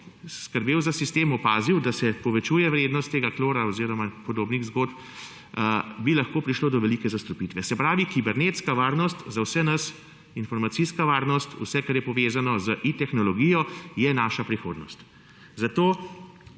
skrbel za sistem, opazil, da se povečuje vrednost tega klora oziroma podobnih zgodb, bi lahko prišlo do velike zastrupitve. Se pravi, kibernetska varnost za vse nas, informacijska varnost, vse, kar je povezano z I tehnologijo, je naša prihodnost. Zato